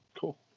Cool